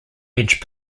bench